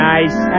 Nice